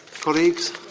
colleagues